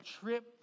trip